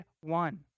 One